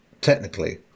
technically